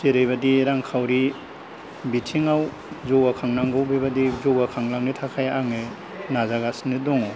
जेरैबायदि रांखावरि बिथिङाव जौगाखांनांगौ बेबादि जौगाखांलांनो थाखाय आङो नाजागासिनो दङ